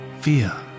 fear